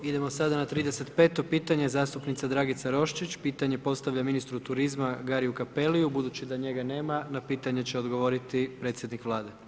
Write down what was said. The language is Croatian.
Idemo sada na 35. pitanje zastupnica Dragica Roščić pitanje postavlja ministru turizma Gariju Cappelliju, budući da njega nema na pitanje će odgovoriti predsjednik Vlade.